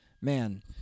man